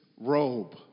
robe